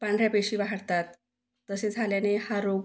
पांढऱ्या पेशी वाढतात तसे झाल्याने हा रोग